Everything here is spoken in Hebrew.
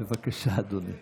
בבקשה, אדוני.